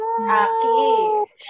Aki